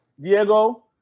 Diego